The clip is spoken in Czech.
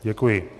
Děkuji.